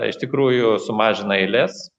iš tikrųjų sumažina eilės